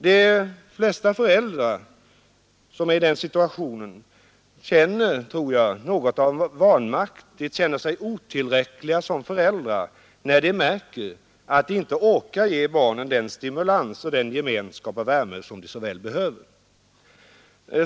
De flesta föräldrar som är i den situationen känner, tror jag, något av vanmakt. De känner sig otillräckliga som föräldrar när de märker att de inte orkar ge barnen den stimulans och den gemenskap och värme som barnen så väl behöver.